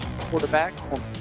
quarterback